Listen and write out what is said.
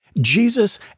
Jesus